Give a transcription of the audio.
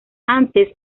antes